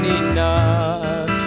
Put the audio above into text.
enough